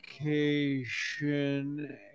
education